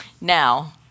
Now